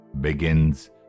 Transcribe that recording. begins